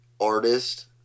artist